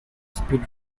speed